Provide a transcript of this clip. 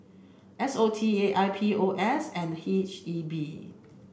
S O T A I P O S and H E B